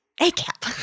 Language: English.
A-cap